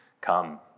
Come